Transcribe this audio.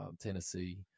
Tennessee